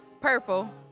Purple